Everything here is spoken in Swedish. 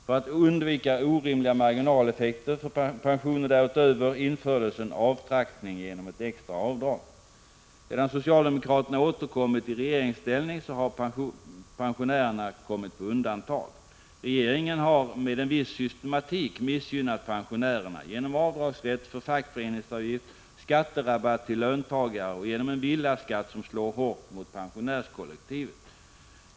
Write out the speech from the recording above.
För att undvika orimliga marginaleffekter för pensioner därutöver infördes en avtrappning genom ett extra avdrag. Sedan socialdemokraterna återkommit i regeringsställning har pensionärerna kommit på undantag. Regeringen har med en viss systematik missgynnat pensionärerna genom avdragsrätt för fackföreningsavgift, skatterabatter till löntagare och en villaskatt som slår hårt mot pensionärskollektivet.